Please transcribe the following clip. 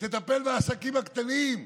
תטפל בעסקים הקטנים,